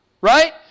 right